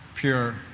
pure